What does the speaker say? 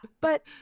But-